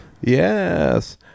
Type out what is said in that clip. Yes